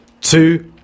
two